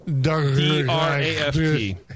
D-R-A-F-T